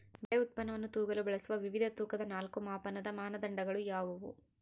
ಬೆಳೆ ಉತ್ಪನ್ನವನ್ನು ತೂಗಲು ಬಳಸುವ ವಿವಿಧ ತೂಕದ ನಾಲ್ಕು ಮಾಪನದ ಮಾನದಂಡಗಳು ಯಾವುವು?